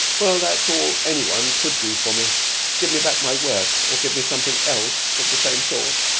well, that's all any one could do for me give me back my work or give me something else of the same sort.